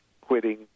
quitting